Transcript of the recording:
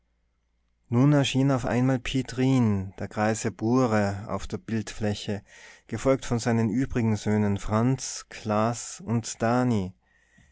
nun erschien auf einmal piet rijn der greise bure auf der bildfläche gefolgt von seinen übrigen söhnen frans klaas und danie